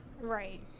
Right